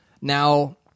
Now